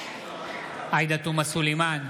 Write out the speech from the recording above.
עאידה תומא סלימאן,